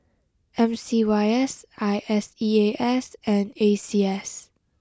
M C Y S I S E A S and A C S